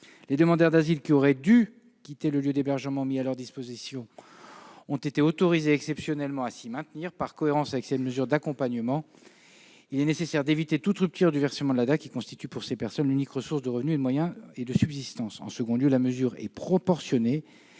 Les demandeurs d'asile qui auraient dû quitter le lieu d'hébergement mis à leur disposition ont été exceptionnellement autorisés à s'y maintenir, par cohérence avec ces mesures d'accompagnement. Il est nécessaire d'éviter toute rupture du versement de l'ADA, qui constitue, pour ces personnes, l'unique source de revenus, l'unique moyen de subsistance. En outre, la mesure est proportionnée